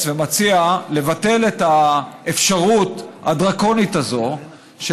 ומציע לבטל את האפשרות הדרקונית הזאת,